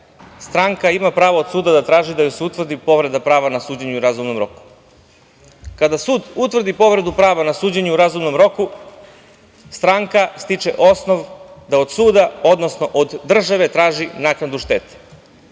stranka ima pravo od suda da traži da joj se utvrdi povreda prava na suđenje u razumnom roku. Kada su utvrdi povredu prava na suđenje u razumnom roku, stranka stiče osnov da od suda, odnosno od države traži naknadu štete.